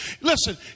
Listen